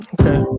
Okay